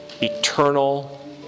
eternal